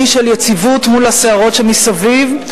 אי של יציבות מול הסערות שמסביב.